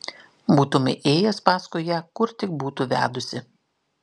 būtumei ėjęs paskui ją kur tik būtų vedusi